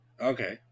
Okay